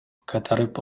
кайтарып